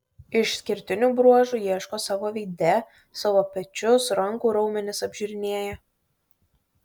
išskirtinių bruožų ieško savo veide savo pečius rankų raumenis apžiūrinėja